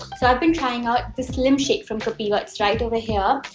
so i've been trying out the slim shake from kapiva, it's right over here.